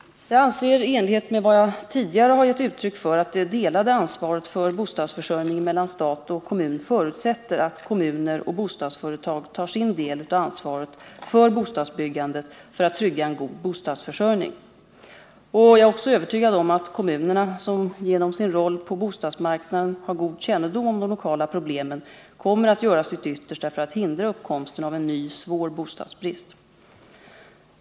Jag anser, i enlighet med vad jag tidigare har gett uttryck för, att det delade ansvaret för bostadsförsörjningen mellan stat och kommun förutsätter att kommuner och bostadsföretag tar sin del av ansvaret för bostadsbyggandet för att trygga en god bostadsförsörjning. Jag är också övertygad om att kommunerna — som genom sin roll på bostadsmarknaden har god kännedom om de lokala problemen — kommer att göra sitt yttersta för att hindra uppkomsten av en ny svår bostadsbrist.